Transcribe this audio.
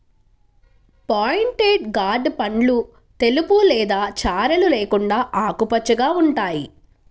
pointed gourd పండ్లు తెలుపు లేదా చారలు లేకుండా ఆకుపచ్చగా ఉంటాయి